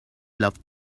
loved